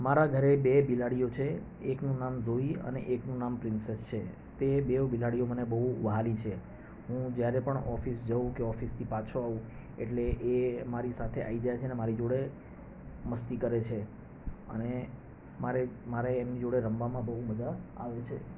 મારા ઘરે બે બિલાડીઓ છે એકનું નામ જોઇ અને એકનું નામ પ્રિન્સેસ છે તે બેઉ બિલાડીઓ મને વહાલી છે હું જ્યારે પણ ઓફિસ જાઉં કે ઓફિસથી પાછો આવું એટલે એ મારી સાથે આવી જાય છે અને મારી જોડે મસ્તી કરે છે અને મારે મારે એમની જોડે રમવામાં બહુ મજા આવે છે